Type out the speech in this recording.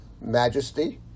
majesty